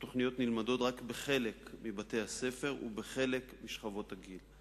התוכניות נלמדות רק בחלק מבתי-הספר ובחלק משכבות הגיל.